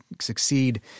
succeed